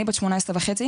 אני בת 18 וחצי,